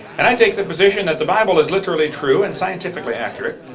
and i take the position that the bible is literally true and scientifically accurate.